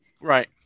Right